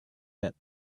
pet